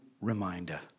reminder